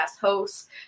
hosts